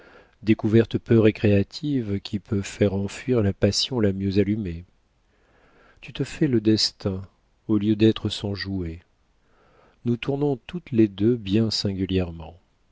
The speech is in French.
découverte peu récréative qui peut faire enfuir la passion la mieux allumée tu te fais le destin au lieu d'être son jouet nous tournons toutes les deux bien singulièrement